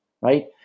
right